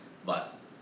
but